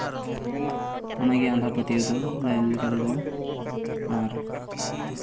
ᱚᱱᱟᱜᱮ ᱟᱸᱫᱷᱟᱯᱟᱹᱛᱭᱟᱹᱣ ᱫᱚ ᱞᱟᱹᱭ ᱞᱮᱠᱟ ᱛᱮᱫᱚ ᱟᱨ